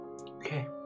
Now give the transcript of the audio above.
Okay